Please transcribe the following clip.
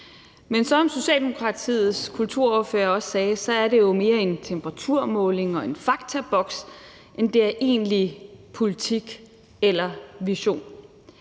Men som Socialdemokratiets kulturordfører også sagde, er det jo mere en temperaturmåling og en faktaboks, end det er egentlig politik eller vision.